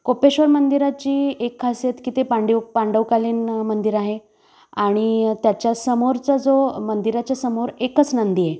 कोपेश्वर मंदिराची एक खासियत की ते पांडिव पांडवकालीन मंदिर आहे आणि त्याच्या समोरचा जो मंदिराच्या समोर एकच नंदी आहे